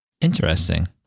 Interesting